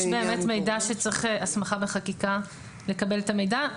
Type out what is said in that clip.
יש מידע שצריך הסמכה בחקיקה לקבל את המידע.